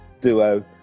duo